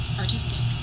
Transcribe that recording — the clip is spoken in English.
artistic